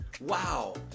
Wow